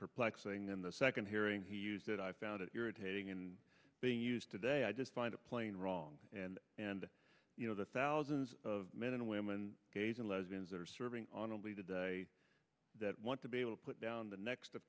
perplexing in the second hearing he used it i found it irritating and being used today i just find it plain wrong and and you know the thousands of men and women gays and lesbians are serving honorably today that want to be able to put down the next of